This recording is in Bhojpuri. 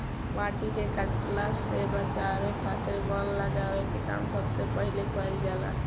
माटी के कटला से बचावे खातिर वन लगावे के काम सबसे पहिले कईल जाला